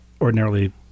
ordinarily